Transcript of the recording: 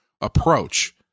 approach